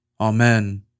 Amen